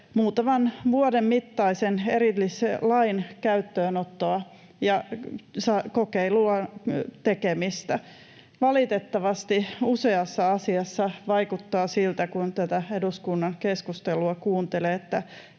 muutaman vuoden mittaisen erillislain tekemistä, käyttöönottoa ja kokeilua. Valitettavasti useassa asiassa vaikuttaa siltä, kun tätä eduskunnan keskustelua kuuntelee,